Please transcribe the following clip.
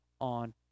On